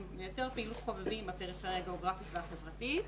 יותר פעילות חובבים בפריפריה הגיאוגרפית והחברתית.